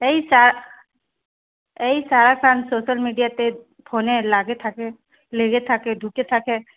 এই তা এই সারাক্ষণ সোশ্যাল মিডিয়াতে ফোনে লাগে থাকে লেগে থাকে ঢুকে থাকে